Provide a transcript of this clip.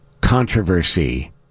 Controversy